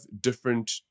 different